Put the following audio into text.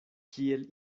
kiel